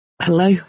Hello